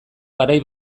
garai